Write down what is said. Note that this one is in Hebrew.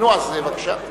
בבקשה.